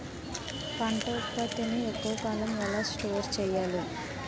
పంట ఉత్పత్తి ని ఎక్కువ కాలం ఎలా స్టోర్ చేయాలి?